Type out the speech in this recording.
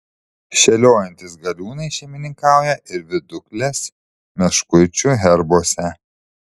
šėliojantys galiūnai šeimininkauja ir viduklės meškuičių herbuose